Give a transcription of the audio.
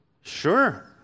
Sure